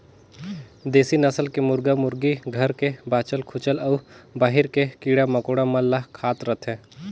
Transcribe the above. देसी नसल के मुरगा मुरगी घर के बाँचल खूंचल अउ बाहिर के कीरा मकोड़ा मन ल खात रथे